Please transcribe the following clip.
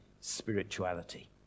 spirituality